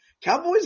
Cowboy's